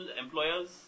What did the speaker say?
employers